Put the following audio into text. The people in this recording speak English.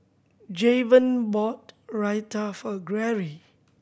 Javon bought Raita for Gary